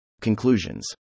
Conclusions